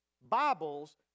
Bibles